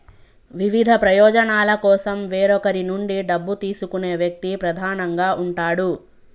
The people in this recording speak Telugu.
వివిధ ప్రయోజనాల కోసం వేరొకరి నుండి డబ్బు తీసుకునే వ్యక్తి ప్రధానంగా ఉంటాడు